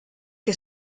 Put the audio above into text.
che